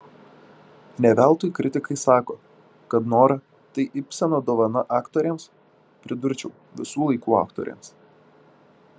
ne veltui kritikai sako kad nora tai ibseno dovana aktorėms pridurčiau visų laikų aktorėms